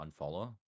unfollow